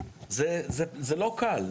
זה לא קל,